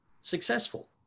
successful